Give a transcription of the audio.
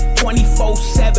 24-7